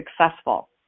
successful